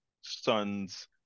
son's